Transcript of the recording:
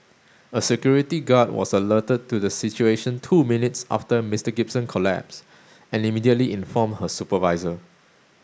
a security guard was alerted to the situation two minutes after Mister Gibson collapsed and immediately informed her supervisor